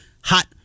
hot